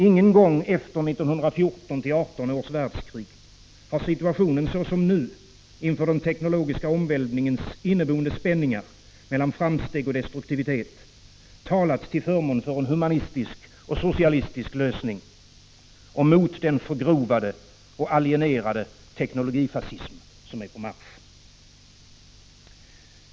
Ingen gång efter 1914-1918 års världskrig har situationen så som nu, inför den teknologiska omvälvningens inneboende spänningar mellan framsteg och destruktivitet, talat till förmån för en humanistisk och socialistisk lösning och mot den förgrovade och alienerade teknologifascism som är på marsch.